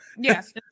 Yes